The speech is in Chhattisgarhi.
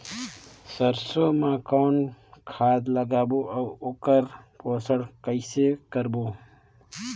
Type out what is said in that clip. सरसो मा कौन खाद लगाबो अउ ओकर पोषण कइसे करबो?